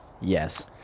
Yes